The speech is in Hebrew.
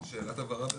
שאלת הבהרה ברשותך.